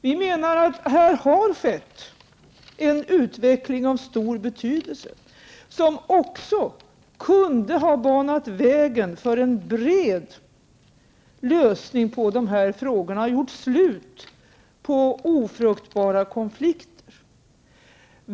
Vi menar att det här har skett en utveckling av stor betydelse, som också kunde ha banat vägen för en bred lösning på dessa frågor och gjort slut på ofruktbara konflikter.